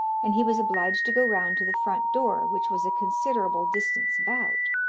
and he was obliged to go round to the front door, which was a considerable distance about.